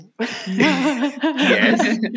Yes